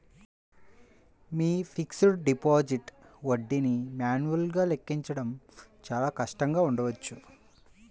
మీ fixed deposit వడ్డీని మాన్యువల్గా లెక్కించడం చాలా కష్టంగా ఉండవచ్చు